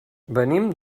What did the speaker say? venim